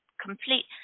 complete